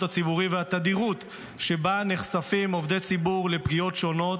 הציבורי והתדירות שבה נחשפים עובדי ציבור לפגיעות שונות,